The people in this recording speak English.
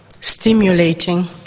stimulating